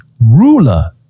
ruler